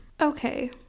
Okay